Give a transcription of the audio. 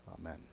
Amen